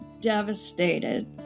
devastated